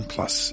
Plus